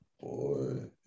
Boy